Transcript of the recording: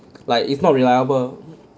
like it's not reliable